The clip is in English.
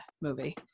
movie